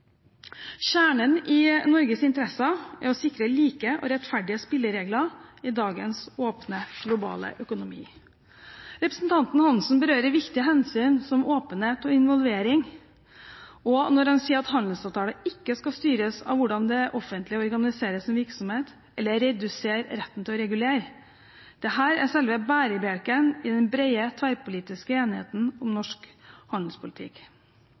Kjernen i Norges interesser er å sikre like og rettferdige spilleregler i dagens åpne, globale økonomi. Representanten Hansen berører viktige hensyn som åpenhet og involvering, og han sier at handelsavtaler ikke skal styres av hvordan det offentlige organiserer sin virksomhet eller redusere retten til å regulere. Dette er selve bærebjelken i den brede tverrpolitiske enigheten om norsk handelspolitikk.